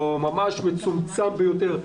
ממש מצומצם ביותר,